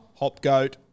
Hopgoat